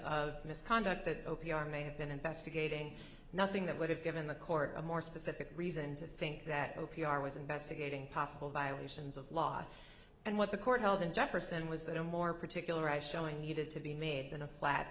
of misconduct that opi i may have been investigating nothing that would have given the court more specific reason to think that opi are was investigating possible violations of law and what the court held in jefferson was that a more particular i showing needed to be made than a flat